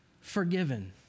forgiven